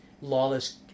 lawless